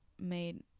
made